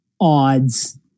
odds